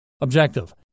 Objective